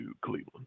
Cleveland